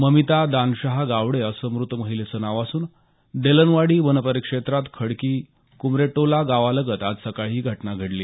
ममिता दानशहा गावडे असं मृत महिलेचं नाव असून देलनवाडी वनपरिक्षेत्रात खडकी कुमरेटोला गावालगत आज सकाळी ही घटना घडली